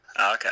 okay